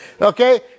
Okay